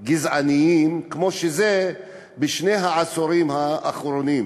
דברים גזעניים כמו בשני העשורים האחרונים.